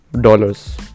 Dollars